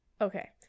Okay